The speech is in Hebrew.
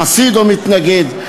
חסיד או מתנגד,